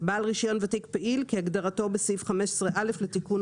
"בעל רישיון ותיק פעיל" - כהגדרתו בסעיף 15(א) לתיקון